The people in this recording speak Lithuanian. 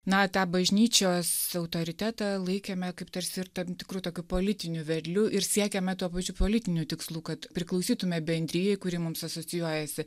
na tą bažnyčios autoritetą laikėme kaip tarsi ir tam tikru tokiu politiniu vedliu ir siekėme tuo pačiu politinių tikslų kad priklausytume bendrijai kuri mums asocijuojasi